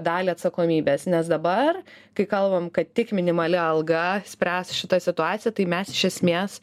dalį atsakomybės nes dabar kai kalbam kad tik minimali alga spręs šitą situaciją tai mes iš esmės